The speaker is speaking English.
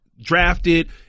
drafted